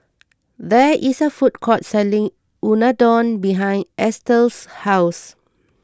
there is a food court selling Unadon behind Estel's house